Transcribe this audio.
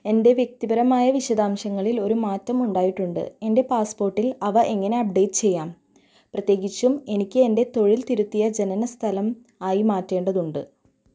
എൻ്റെ വ്യക്തിപരമായ വിശദാംശങ്ങളിൽ ഒരു മാറ്റം ഉണ്ടായിട്ടുണ്ട് എൻ്റെ പാസ്പോർട്ടിൽ അവ എങ്ങനെ അപ്ഡേറ്റ് ചെയ്യാം പ്രത്യേകിച്ചും എനിക്ക് എൻ്റെ തൊഴിൽ തിരുത്തിയ ജനനസ്ഥലം ആയി മാറ്റേണ്ടതുണ്ട്